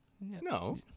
No